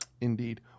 indeed